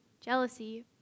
jealousy